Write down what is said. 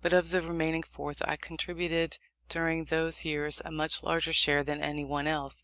but of the remaining fourth i contributed during those years a much larger share than anyone else.